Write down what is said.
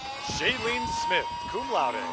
shaylene smith, cum laude. and